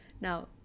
Now